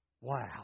Wow